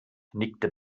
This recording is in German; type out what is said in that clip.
nickte